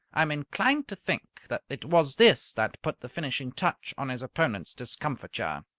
i am inclined to think that it was this that put the finishing touch on his opponents' discomfiture.